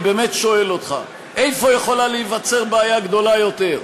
אני באמת שואל אותך: איפה יכולה להיווצר בעיה גדולה יותר,